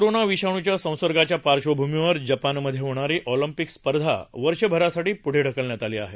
corona विषाणूच्या संसर्गाच्या पार्श्वभूमीवर जपान मध्ये होणारी ऑलम्पिक स्पर्धा वर्षभरासाठी प्ढे ढकलण्यात आली आहे